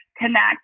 connect